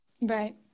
right